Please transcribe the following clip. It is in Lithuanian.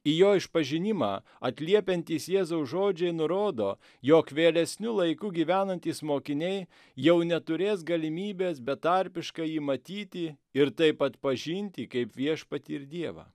į jo išpažinimą atliepiantys jėzaus žodžiai nurodo jog vėlesniu laiku gyvenantys mokiniai jau neturės galimybės betarpiškai jį matyti ir taip atpažinti kaip viešpatį ir dievą